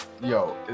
Yo